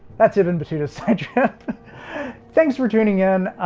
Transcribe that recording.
that's even between thanks for tuning in. ah,